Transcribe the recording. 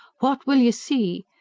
what will you see?